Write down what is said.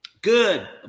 Good